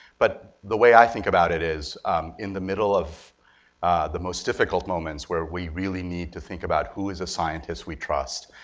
but the way i think about it is in the middle of the most difficult moments where we really need to think about who is a scientist we trust,